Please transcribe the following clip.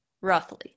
roughly